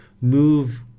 move